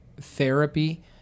therapy